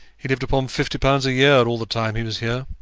he lived upon fifty pounds a year all the time he was here.